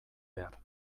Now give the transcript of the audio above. behar